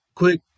Quick